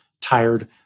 tired